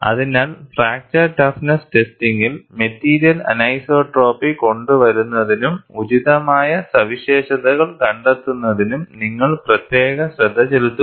അതിനാൽ fracture toughness ടെസ്റ്റിംഗിൽ material anisotropy കൊണ്ടുവരുന്നതിനും ഉചിതമായ സവിശേഷതകൾ കണ്ടെത്തുന്നതിനും നിങ്ങൾ പ്രത്യേക ശ്രദ്ധ ചെലുത്തുക